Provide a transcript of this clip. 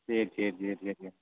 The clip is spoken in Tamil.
சரி சரி சரி சரி சரி